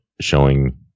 showing